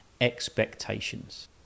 expectations